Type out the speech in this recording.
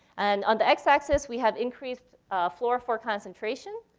and on the x axis, we have increased fluorophore concentration.